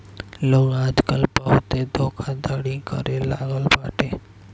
लोग आजकल बहुते धोखाधड़ी करे लागल बाटे